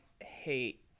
hate